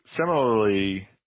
Similarly